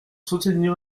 soutenir